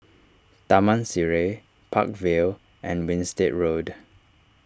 Taman Sireh Park Vale and Winstedt Road